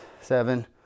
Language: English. seven